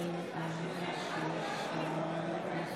תודה רבה.